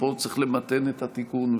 פה צריך למתן את התיקון.